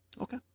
Okay